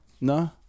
no